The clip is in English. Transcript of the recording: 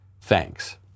Thanks